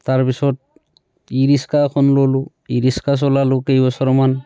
তাৰ পিছত e rickshaw এখন ল'লোঁ ই ৰিক্সা চলালোঁ কেইবছৰমান